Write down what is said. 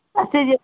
ਅੱਛਾ ਜੀ